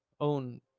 own